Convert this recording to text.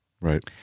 Right